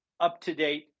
up-to-date